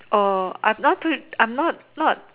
oh I'm too I'm not not